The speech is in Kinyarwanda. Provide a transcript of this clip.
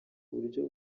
buryo